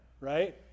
right